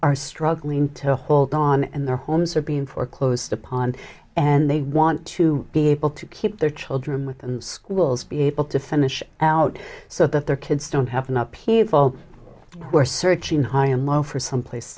are struggling to hold on and their homes are being foreclosed upon and they want to be able to keep their children within schools be able to finish out so that their kids don't have enough people who are searching high and low for someplace